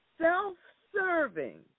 Self-serving